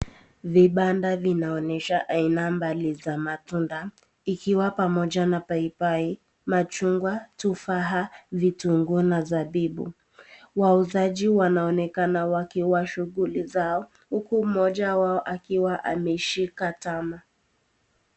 Vibanda zinaonyesha aina mbali za matunda ,ikiwa pamoja na paipai, machungwa, tufaha, vitunguu na mizabibu, wauzaji wanaonekana wakiwa shughuli zao huku mmoja wao akiwa ameshika tama.